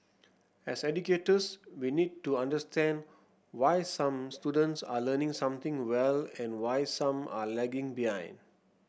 as educators we need to understand why some students are learning something well and why some are lagging behind